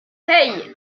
hey